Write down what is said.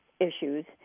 issues